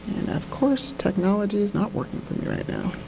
and, of course, technology is not working for me right now.